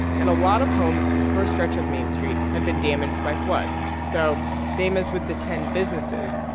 and a lot of homes in her stretch of main street had been damaged by floods. so same as with the ten businesses,